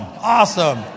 awesome